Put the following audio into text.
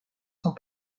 sont